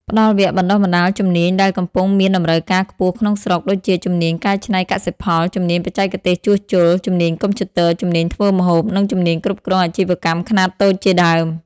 ផ្តល់វគ្គបណ្តុះបណ្តាលជំនាញដែលកំពុងមានតម្រូវការខ្ពស់ក្នុងស្រុក ដូចជា ជំនាញកែច្នៃកសិផល ជំនាញបច្ចេកទេសជួសជុល ជំនាញកុំព្យូទ័រ ជំនាញធ្វើម្ហូប និងជំនាញគ្រប់គ្រងអាជីវកម្មខ្នាតតូចជាដើម។